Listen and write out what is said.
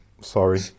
Sorry